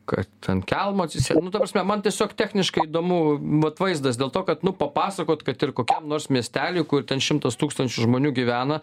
kad ant kelmo atsisėd nu ta prasme man tiesiog techniškai įdomu vat vaizdas dėl to kad nu papasakot kad ir kokiam nors miestely kur ten šimtas tūkstančių žmonių gyvena